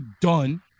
done